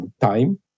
time